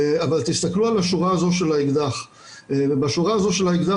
אבל תסתכלו על השורה הזו של האקדח ובשורה הזו של האקדח